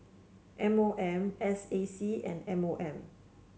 M O M S A C and M O M